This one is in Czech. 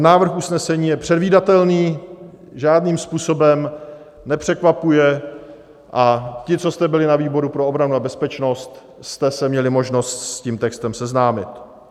Návrh usnesení je předvídatelný, žádným způsobem nepřekvapuje, a ti, co jste byli na výboru pro obranu a bezpečnost, jste se měli možnost s tím textem seznámit.